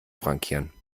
frankieren